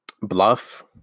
Bluff